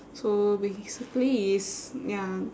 so basically is ya